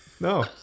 No